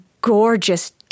gorgeous